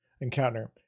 encounter